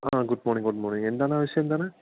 ആ good morning good morning എന്താണ് ആവശ്യം എന്താണ്